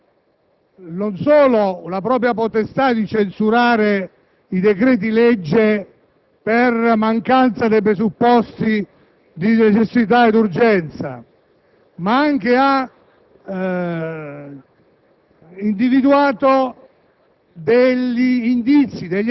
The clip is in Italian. con la quale la Corte ha individuato, non solo la propria potestà di censurare i decreti-legge per mancanza dei presupposti di necessità e urgenza, ma anche degli